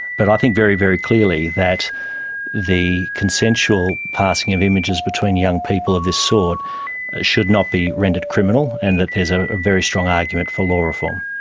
but i think very, very clearly that the consensual passing of images between young people of this sort should not be rendered criminal and that there's a very strong argument for law reform.